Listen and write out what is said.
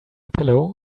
pillow